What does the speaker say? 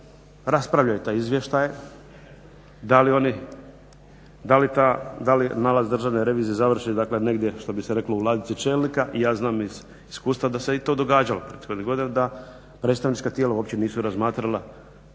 raspravljaju te izvještaje, da li nalaz Državne revizije završi dakle negdje što bi se reklo u ladici čelnika? Ja znam iz iskustva da se i to događalo da predstavnička tijela uopće nisu razmatrala,